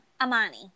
Amani